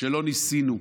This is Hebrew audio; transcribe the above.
שלא ניסינו,